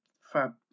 fab